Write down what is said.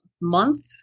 month